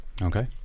Okay